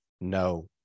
No